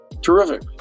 Terrific